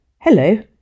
hello